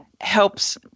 helps